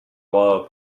love